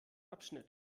abschnitt